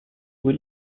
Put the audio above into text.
cui